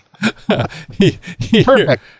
Perfect